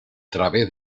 través